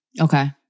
Okay